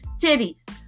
titties